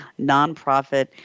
nonprofit